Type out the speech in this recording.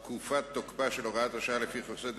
תקופת תוקפה של הוראת השעה לפי חוק סדר